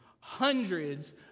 hundreds